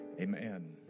Amen